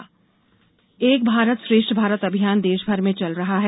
एक भारत श्रेष्ठ भारत एक भारत श्रेष्ठ भारत अभियान देश भर में चल रहा है